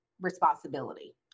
responsibility